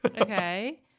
Okay